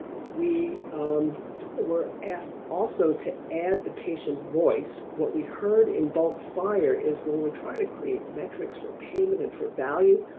we um were asked, also to add the patient voice, what we heard in bulk fire is what we're trying to create metrics for payment and for value.